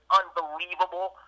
unbelievable